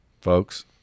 folks